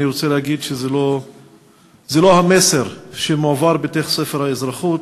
אני רוצה להגיד שזה לא המסר שמועבר בספר האזרחות.